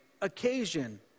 occasion